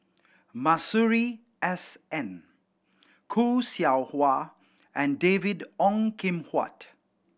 Masuri S N Khoo Seow Hwa and David Ong Kim Huat